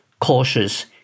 cautious